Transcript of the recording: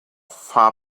far